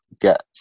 get